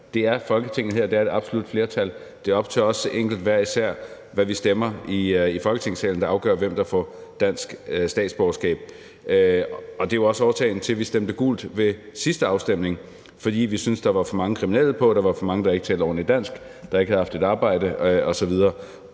Det er Folketinget her, det er et absolut flertal – og det er op til hver enkelt af os, hvad vi stemmer i Folketingssalen – der afgør, hvem der får dansk statsborgerskab. Det er jo også årsagen til, at vi stemte gult ved sidste afstemning. Vi syntes, at der var for mange kriminelle på, at der var for mange på, der ikke talte ordentligt dansk, og som ikke havde haft et arbejde osv.